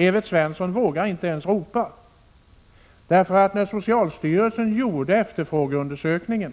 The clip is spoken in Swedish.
Evert Svensson vågar inte ens ropa. När socialstyrelsen gjorde efterfrågeundersökningen